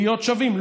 להיות שווים.